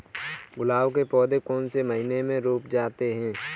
गुलाब के पौधे कौन से महीने में रोपे जाते हैं?